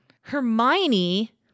Hermione